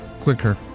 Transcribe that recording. quicker